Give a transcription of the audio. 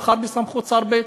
מחר הוא יהיה בסמכות שר ב'.